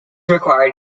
required